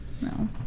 No